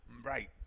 Right